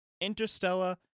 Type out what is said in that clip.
Interstellar